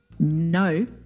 No